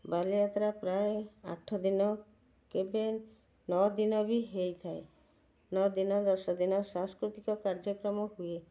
ବାଲିଯାତ୍ରା ପ୍ରାୟ ଆଠ ଦିନ କେବେ ନଅ ଦିନ ବି ହେଇଥାଏ ନଅ ଦିନ ଦଶ ଦିନ ସାଂସ୍କୃତିକ କାର୍ଯ୍ୟକ୍ରମ ହୁଏ